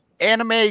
Anime